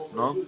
no